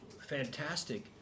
fantastic